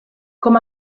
com